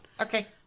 Okay